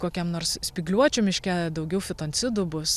kokiam nors spygliuočių miške daugiau fitoncidų bus